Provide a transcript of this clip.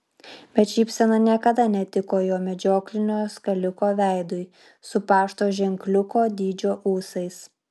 bet šypsena niekada netiko jo medžioklinio skaliko veidui su pašto ženkliuko dydžio ūsais